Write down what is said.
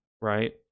right